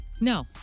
No